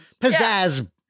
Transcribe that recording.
pizzazz